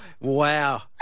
wow